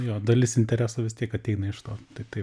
jo dalis intereso vis tiek ateina iš to tai taip